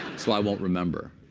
so i won't remember.